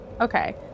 Okay